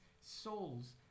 souls